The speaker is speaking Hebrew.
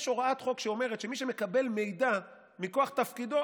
יש הוראת חוק שאומרת שמי שמקבל מידע מכוח תפקידו,